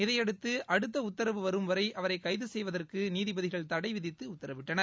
இதையடுத்து அடுத்த உத்தரவு வரும் வரை அவரை கைது செய்வதற்கு நீதிபதிகள் தடை விதித்து உத்தரவிட்டனர்